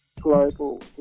global